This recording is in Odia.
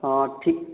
ହଁ ଠିକ୍